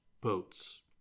boats